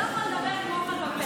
גלעד קריב (העבודה): בכל זאת,